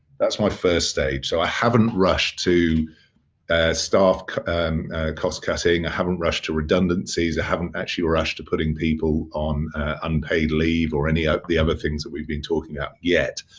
that's my first stage. so, i haven't rushed to staff cost-cutting, i haven't rushed to redundancies, i haven't actually rushed to putting people on unpaid leave or any of the other things that we've been talking about yet.